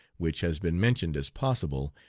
which has been mentioned as possible,